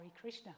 Krishna